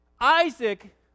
Isaac